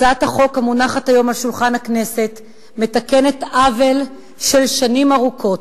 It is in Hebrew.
הצעת החוק המונחת היום על שולחן הכנסת מתקנת עוול של שנים ארוכות,